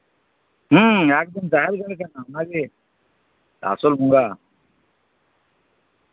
ᱦᱩᱸ ᱮᱠᱫᱚᱢ ᱡᱟᱦᱮᱨ ᱫᱟᱨᱮ ᱠᱟᱱᱟ ᱚᱱᱟᱜᱮ ᱟᱥᱚᱞ ᱵᱚᱸᱜᱟ